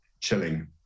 chilling